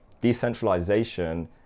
decentralization